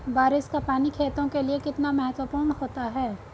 बारिश का पानी खेतों के लिये कितना महत्वपूर्ण होता है?